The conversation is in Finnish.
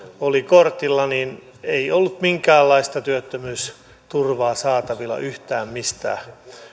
oli kortilla niin ei ollut minkäänlaista työttömyysturvaa saatavilla yhtään mistään